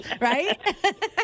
right